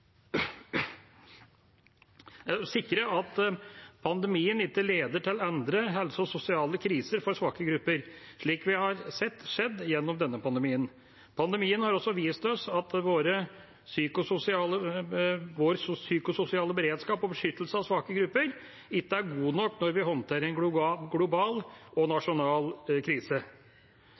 sikre at pandemien ikke leder til andre helsekriser og sosiale kriser for svake grupper, slik vi har sett skjedd gjennom denne pandemien. Pandemien har også vist oss at vår psykososiale beredskap og beskyttelse av svake grupper ikke er god nok når vi håndterer en global og nasjonal krise.